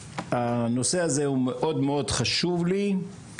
והנושא הזה הוא מאוד מאוד חשוב לי.